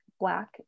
black